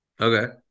Okay